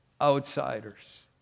outsiders